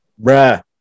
Bruh